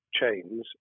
chains